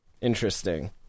interesting